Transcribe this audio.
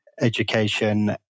education